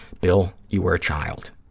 bill, you were a child.